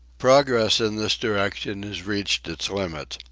progress in this direction has reached its limit.